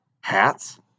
Hats